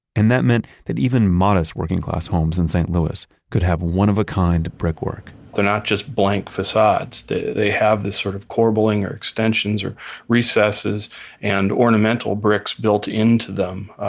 and that meant that even modest working-class homes in st. louis could have one of a kind brickwork they're not just blank facades. they they have this sort of corbelling, or extensions or recesses and ornamental bricks built into them,